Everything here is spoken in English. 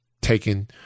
taken